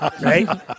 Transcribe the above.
right